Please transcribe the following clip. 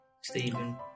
Stephen